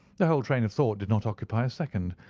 the whole train of thought did not occupy a second.